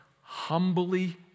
humbly